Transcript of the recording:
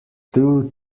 two